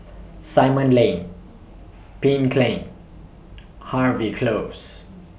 Simon Lane Pink Lane Harvey Close